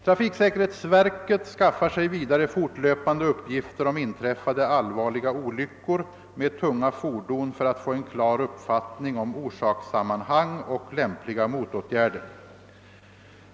Trafiksäkerhetsverket skaffar sig vidare fortlöpande uppgifter om inträffade allvarliga olyckor med tunga fordon för att få en klar uppfattning om orsakssammanhang och lämpliga motåtgärder.